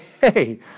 hey